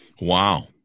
Wow